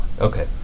Okay